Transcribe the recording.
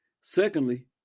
Secondly